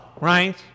right